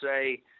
say